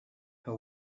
her